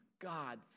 God